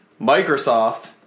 Microsoft